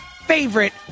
favorite